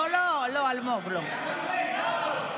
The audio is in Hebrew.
לא, אלמוג, לא.